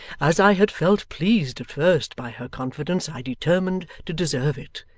as i had felt pleased at first by her confidence i determined to deserve it,